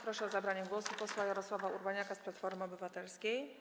Proszę o zabranie głosu posła Jarosława Urbaniaka z Platformy Obywatelskiej.